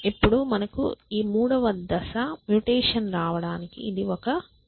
ఇప్పుడు మనకు ఈ మూడవ దశ మ్యుటేషన్ రావడానికి ఇది ఒక కారణం